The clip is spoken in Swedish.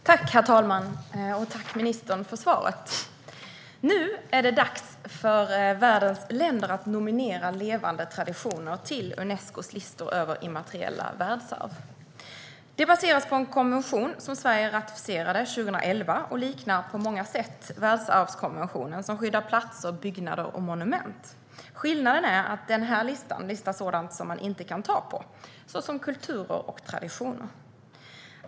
Herr talman! Tack, ministern, för svaret! Nu är det dags för världens länder att nominera levande traditioner till Unescos listor över immateriella världsarv. Det baseras på en konvention som Sverige ratificerade 2011 och som på många sätt liknar världsarvskonventionen, som skyddar platser, byggnader och monument. Skillnaden är att den listar sådant som man inte kan ta på, såsom kulturer och traditioner.